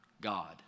God